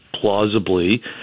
plausibly